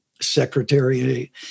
secretary